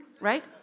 right